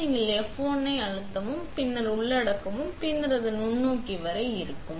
மேலும் நீங்கள் F1 ஐ அழுத்தவும் பின்னர் உள்ளிடவும் பின்னர் அது நுண்ணோக்கி வரை வரும்